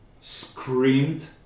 screamed